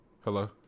Hello